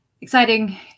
exciting